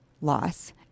loss